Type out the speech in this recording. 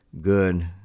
good